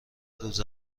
روز